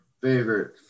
favorite